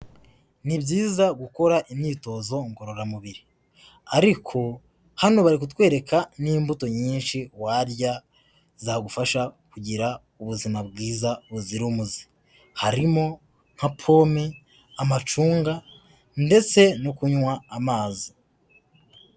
Ni byiza gukora imyitozo ngororamubiri. Ariko hano bari kutwereka n'imbuto nyinshi warya, zagufasha kugira ubuzima bwiza buzira umuze. Harimo nka pome, amacunga, ndetse no kunywa amazi.